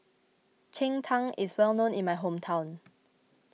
Cheng Tng is well known in my hometown